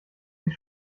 sich